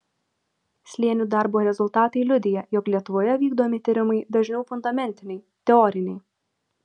slėnių darbo rezultatai liudija jog lietuvoje vykdomi tyrimai dažniau fundamentiniai teoriniai